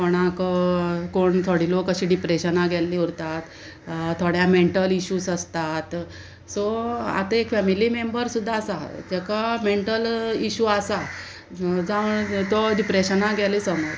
कोणाक कोण थोडी लोक अशी डिप्रेशना गेल्ली उरतात थोड्या मॅण्टल इशूज आसतात सो आतां एक फॅमिली मेम्बर सुद्दां आसा तेका मेंटल इश्यू आसा जावं तो डिप्रेशना गेले समज